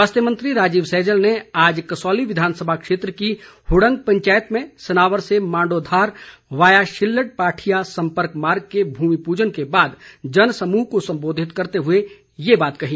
स्वास्थ्य मंत्री राजीव सैजल ने आज कसौली विधानसभा क्षेत्र की हुड़ंग पंचायत में सनावर से मांडोधार वाया शिल्लड पाठिया सम्पर्क मार्ग के भूमि पूजन के बाद जनसमूह को संबोधित करते हुए ये बात कही